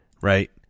right